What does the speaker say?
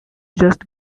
just